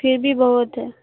پھر بھی بہت ہے